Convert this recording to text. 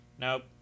Nope